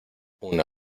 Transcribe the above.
una